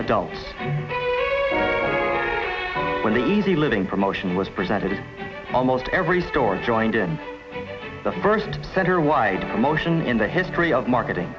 adults when the easy living promotion was presented almost every store joined in the first center wide promotion in the history of marketing